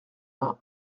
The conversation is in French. vingt